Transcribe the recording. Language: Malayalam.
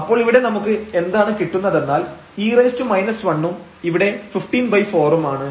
അപ്പോൾ ഇവിടെ നമുക്ക് എന്താണ് കിട്ടുന്നതെന്നാൽ e 1 ഉം ഇവിടെ 154 ഉം ആണ്